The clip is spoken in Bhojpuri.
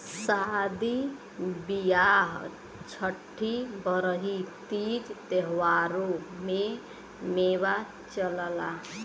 सादी बिआह छट्ठी बरही तीज त्योहारों में मेवा चलला